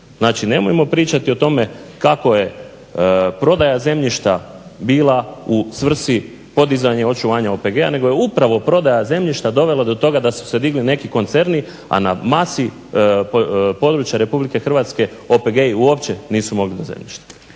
Znači, nemojmo pričati o tome kako je prodaja zemljišta bila u svrsi podizanja i očuvanja OPG-a nego je upravo prodaja zemljišta dovela do toga da su se digli neki koncerni, a na masi područja RH OPG-i uopće nisu mogli do zemljišta.